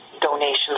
donations